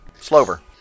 Slover